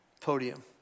podium